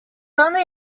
only